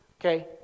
Okay